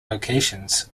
locations